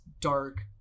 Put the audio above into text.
dark